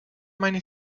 many